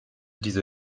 diese